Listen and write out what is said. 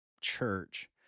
church